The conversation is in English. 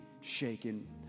shaken